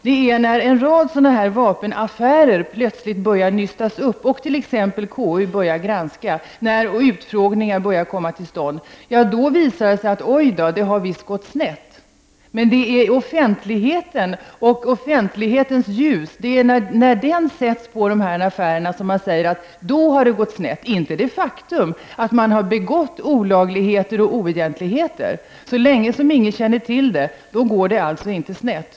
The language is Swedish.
Det är när en rad vapenaffärer plötsligt börjar nystas upp och t.ex. KU börjar granska detta och utfrågningar börjar komma till stånd. Då visar det sig att det visst har gått snett. Men det är inte det faktum att man har begått olagligheter och oegentligheter som är det som har gått snett, utan det är först när offentlighetens ljus sätts på dessa affärer som man säger att det har gått snett. Så länge ingen känner till det, går det alltså inte snett.